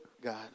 God